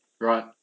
Right